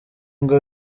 ngo